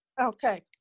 okay